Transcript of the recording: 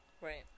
Right